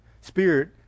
Spirit